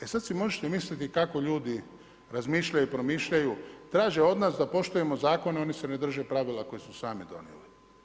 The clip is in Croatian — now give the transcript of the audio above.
E sada si možete misliti kako ljudi razmišljaju i promišljaju, traže od nas da poštujemo zakone, a oni se ne drže pravila koji su sami donijeli.